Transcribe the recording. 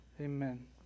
Amen